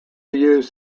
used